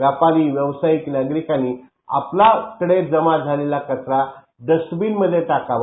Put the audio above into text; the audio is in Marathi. व्यापारी व्यावसायिक नागरिकांनी आपल्याकडे जमा झालेला कचरा डस्टबिनमध्ये टाकावा